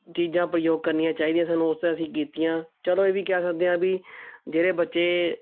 ਚੀਜ਼ਾਂ ਪ੍ਰਯੋਗ ਕਰਨੀਆਂ ਚਾਹੀਦੀਆਂ ਸਾਨੂੰ ਉਸ ਅਸੀਂ ਕੀਤੀਆਂ ਚਲੋ ਇਹ ਵੀ ਕਹਿ ਸਕਦੇ ਆ ਵੀ ਜਿਹੜੇ ਬੱਚੇ